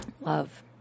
Love